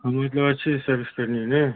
हाँ मतलब अच्छे से सर्विस करनी है ना